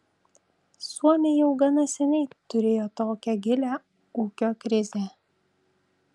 suomiai jau gana seniai turėjo tokią gilią ūkio krizę